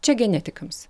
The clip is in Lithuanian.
čia genetikams